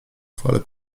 chwale